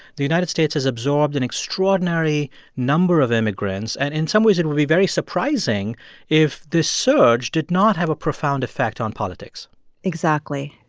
the united states has absorbed an extraordinary number of immigrants. and in some ways, it would be very surprising if this surge did not have a profound effect on politics exactly.